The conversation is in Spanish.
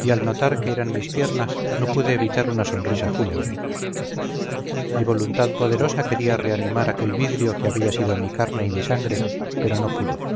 y al notar que eran mis piernas no pude evitar una sonrisa fúnebre mi voluntad poderosa quería reanimar aquel vidrio que había sido mi carne y mi sangre pero no pudo